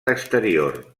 exterior